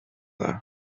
dda